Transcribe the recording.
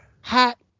Hot